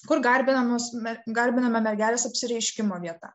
kur garbinamos mes garbiname mergelės apsireiškimo vieta